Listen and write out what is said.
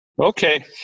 Okay